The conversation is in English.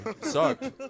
sucked